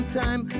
time